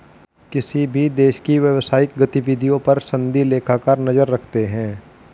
किसी भी देश की व्यवसायिक गतिविधियों पर सनदी लेखाकार नजर रखते हैं